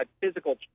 physical